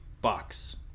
box